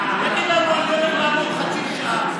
חצי שעה,